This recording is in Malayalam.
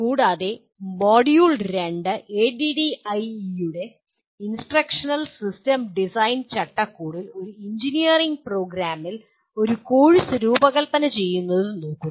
കൂടാതെ മൊഡ്യൂൾ 2 ADDIE യുടെ ഇൻസ്ട്രക്ഷണൽ സിസ്റ്റം ഡിസൈൻ ചട്ടക്കൂടിൽ ഒരു എഞ്ചിനീയറിംഗ് പ്രോഗ്രാമിൽ ഒരു കോഴ്സ് രൂപകൽപ്പന ചെയ്യുന്നത് നോക്കുന്നു